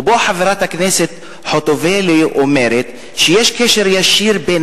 ובו חברת הכנסת חוטובלי אמרה שיש קשר ישיר בין